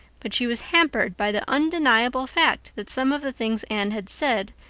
but she was hampered by the undeniable fact that some of the things anne had said,